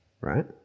right